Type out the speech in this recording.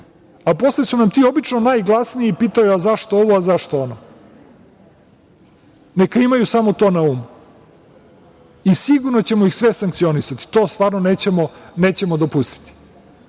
Posle su ti i najglasniji, pitaju zašto ovo, zašto ono. Neka imaju samo to na umu. Sigurno ćemo ih sve sankcionisati, to stvarno nećemo dopustiti. Nemamo